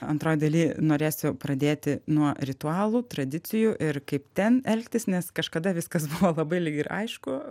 antroj daly norėsiu pradėti nuo ritualų tradicijų ir kaip ten elgtis nes kažkada viskas buvo labai lyg ir aišku